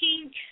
pink